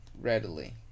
readily